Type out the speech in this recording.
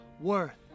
worth